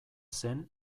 zen